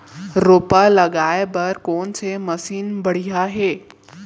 रोपा लगाए बर कोन से मशीन बढ़िया हे?